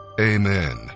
Amen